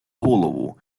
голову